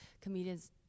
comedians